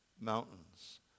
mountains